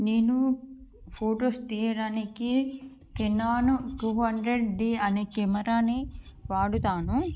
నేను ఫొటోస్ తీయడానికి Canon two hundred D అనే కెమెరాని వాడుతాను